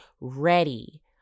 ready